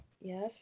yes